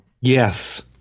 Yes